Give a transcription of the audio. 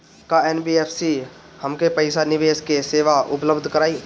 का एन.बी.एफ.सी हमके पईसा निवेश के सेवा उपलब्ध कराई?